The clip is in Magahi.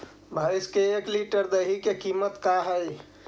भैंस के एक लीटर दही के कीमत का है?